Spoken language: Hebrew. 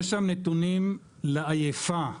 יש שם נתונים לעייפה,